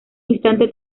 instante